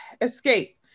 Escape